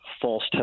false